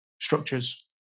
structures